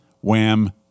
wham